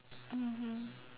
mmhmm